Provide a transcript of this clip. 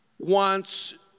wants